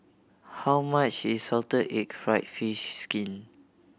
how much is salted egg fried fish skin